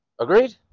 Agreed